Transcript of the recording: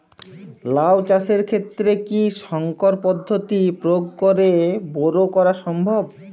লাও চাষের ক্ষেত্রে কি সংকর পদ্ধতি প্রয়োগ করে বরো করা সম্ভব?